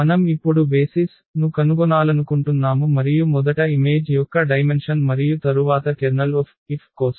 మనం ఇప్పుడు బేసిస్ ను కనుగొనాలనుకుంటున్నాము మరియు మొదట ImF యొక్క డైమెన్షన్ మరియు తరువాత Ker కోసం